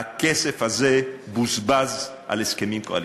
הכסף הזה בוזבז על הסכמים קואליציוניים.